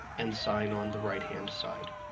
and sign on the right hand side.